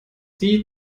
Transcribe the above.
die